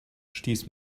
stieß